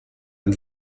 ein